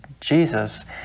jesus